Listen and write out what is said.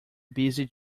busy